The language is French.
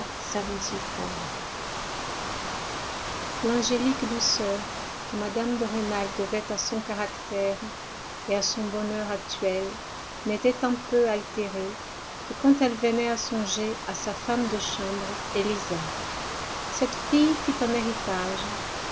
st l'angélique douceur que mme de rênal devait à son caractère et à son bonheur actuel n'était un peu altérée que quand elle venait à songer à sa femme de chambre élisa cette fille fit un héritage